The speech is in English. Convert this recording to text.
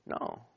No